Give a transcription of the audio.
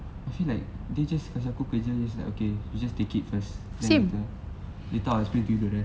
I feel like they just kasi aku kerja is like okay you just take it first then later later I will explain to you the rest